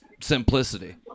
Simplicity